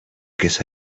guess